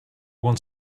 want